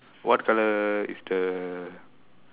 what colour is the